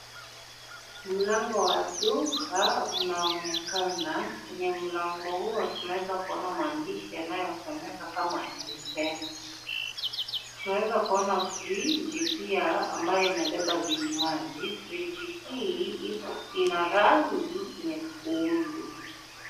Mlango wa duka unaonekana. Kwenye mlango huo, tunaweza kuona maandishi yanayosomeka kama Mpesa. Tunaweza kuona friji pia, ambayo imebeba vinywaji. Friji hii ina rangi nyekundu.